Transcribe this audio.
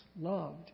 loved